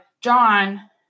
John